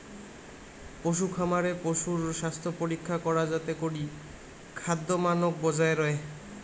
পশুখামারে পশুর স্বাস্থ্যপরীক্ষা করা যাতে করি খাদ্যমানক বজায় রয়